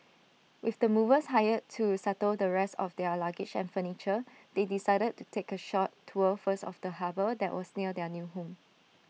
with the movers hired to settle the rest of their luggage and furniture they decided to take A short tour first of the harbour that was near their new home